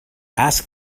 ask